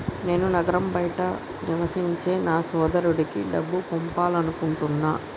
నేను నగరం బయట నివసించే నా సోదరుడికి డబ్బు పంపాలనుకుంటున్నా